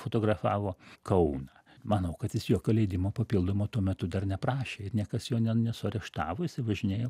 fotografavo kauną manau kad jis jokio leidimo papildomo tuo metu dar neprašė ir niekas jo ne nesuareštavo jisai važinėjo